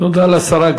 תודה לשרה.